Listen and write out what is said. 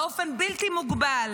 באופן בלתי מוגבל,